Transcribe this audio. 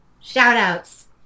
Shout-outs